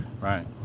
Right